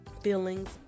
feelings